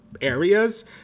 Areas